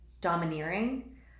domineering